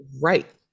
Right